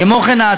כמו כן,